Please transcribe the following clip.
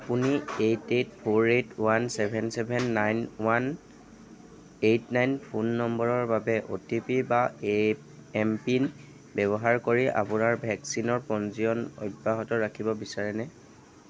আপুনি eight eight four eight one seven seven nine one eight nine phone নম্বৰৰ বাবে O T P বা এ এমপিন ব্যৱহাৰ কৰি আপোনাৰ ভেকচিনৰ পঞ্জীয়ন অব্যাহত ৰাখিব বিচাৰেনে